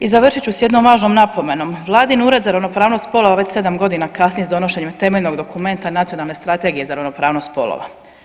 I završit ću s jednom važnom napomenom, vladin Ured za ravnopravnost spolova već sedam godina kasni s donošenjem temeljnog dokumenta Nacionalne strategije za ravnopravnost spolova.